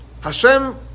Hashem